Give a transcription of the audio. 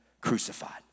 crucified